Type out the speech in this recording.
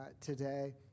today